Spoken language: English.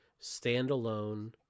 standalone